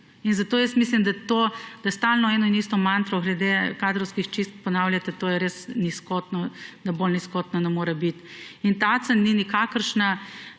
Zato jaz mislim, da stalno eno in isto mantro glede kadrovskih čistk ponavljati, je res nizkotno, da bolj nizkotno ne more biti. Tacen ni nikakršen